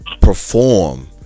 Perform